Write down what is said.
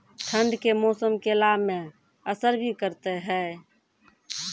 ठंड के मौसम केला मैं असर भी करते हैं?